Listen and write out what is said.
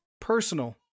personal